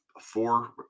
four